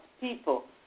people